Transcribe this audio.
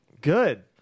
Good